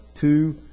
two